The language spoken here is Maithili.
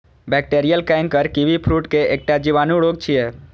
बैक्टीरियल कैंकर कीवीफ्रूट के एकटा जीवाणु रोग छियै